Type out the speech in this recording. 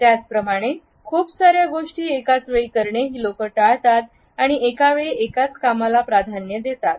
त्याच प्रमाणे खूप साऱ्या गोष्टी एकाच वेळी करणे ही लोकं टाळतात आणि एका वेळी एकाच कामाला प्राधान्य देतात